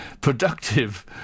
productive